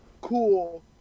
cool